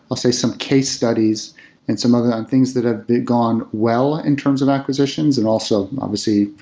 i'll say, some case studies and some other things that have gone well in terms of acquisitions and also, obviously,